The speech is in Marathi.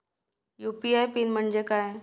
यू.पी.आय पिन म्हणजे काय?